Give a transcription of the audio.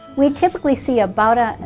we typically see about a,